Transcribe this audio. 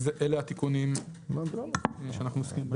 אז אלה התיקונים שאנחנו עוסקים בהם.